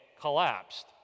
collapsed